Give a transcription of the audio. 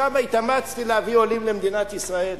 כמה התאמצתי להביא עולים למדינת ישראל?